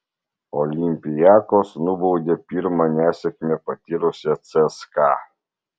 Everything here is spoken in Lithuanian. olympiakos nubaudė pirmą nesėkmę patyrusią cska